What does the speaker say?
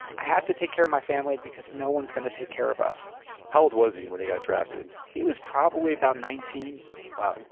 i have to take care of my family because no one's gonna take care of us how old was he when he got drafted? he was probably about nineteen point wow.